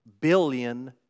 billion